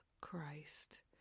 Christ